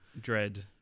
Dread